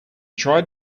tried